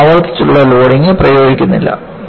നമ്മൾ ആവർത്തിച്ചുള്ള ലോഡിംഗ് പ്രയോഗിക്കുന്നില്ല